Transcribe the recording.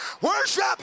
worship